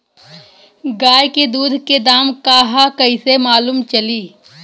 गाय के दूध के दाम का ह कइसे मालूम चली?